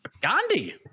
Gandhi